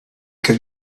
could